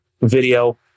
video